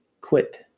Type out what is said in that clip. quit